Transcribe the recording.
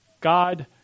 God